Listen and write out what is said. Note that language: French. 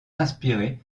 inspiré